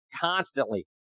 constantly